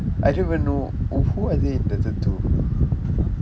I didn't even know who are they in debted to